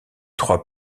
trois